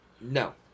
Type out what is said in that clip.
No